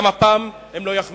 גם הפעם הם לא יחמיצו.